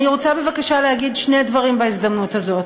אני רוצה, בבקשה, להגיד שני דברים בהזדמנות הזאת.